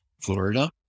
Florida